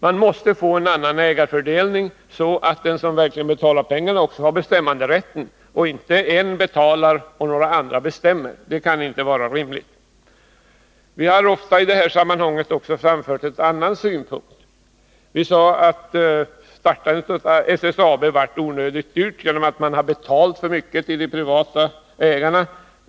Man måste få till stånd en annan ägarfördelning så att inte en betalar och några andra bestämmer. Det kan inte vara rimligt. Den som betalar pengarna skall också ha bestämmanderätten. Vi har i detta sammanhang ofta anfört en annan synpunkt. Startandet av SSAB blev onödigt dyrt, genom att man betalade för mycket till de privata ägarna.